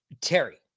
Terry